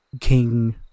king